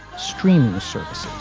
streaming services